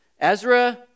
Ezra